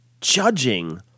judging